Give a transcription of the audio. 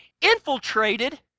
infiltrated